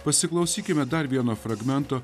pasiklausykime dar vieno fragmento